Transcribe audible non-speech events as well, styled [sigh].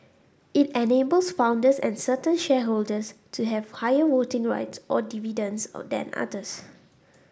it enables founders and certain shareholders to have higher voting rights or dividends [unintelligible] than others